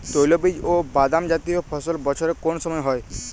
তৈলবীজ ও বাদামজাতীয় ফসল বছরের কোন সময় হয়?